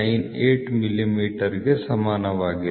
7298 ಮಿಲಿಮೀಟರ್ಗೆ ಸಮಾನವಾಗಿರುತ್ತದೆ